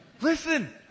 listen